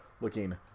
looking